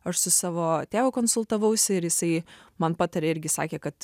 aš su savo tėvu konsultavausi ir jisai man patarė irgi sakė kad